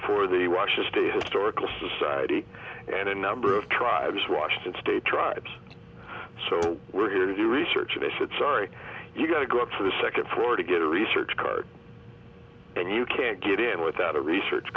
for the russia state historical society and a number of tribes washington state tribes so we're here to do research initiative sorry you got to go to the second floor to get a research card and you can't get in without a research